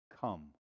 come